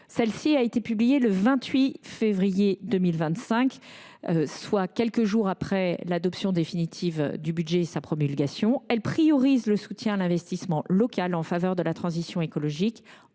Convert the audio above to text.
Celle ci a été publiée le 28 février 2025, soit quelques jours après l’adoption définitive du budget et sa promulgation. Elle priorise le soutien à l’investissement local en faveur de la transition écologique,